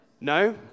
No